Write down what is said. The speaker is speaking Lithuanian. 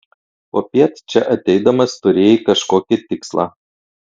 popiet čia ateidamas turėjai kažkokį tikslą